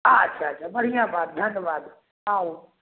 अच्छा अच्छा बढ़िआँ बात धन्यवाद आउ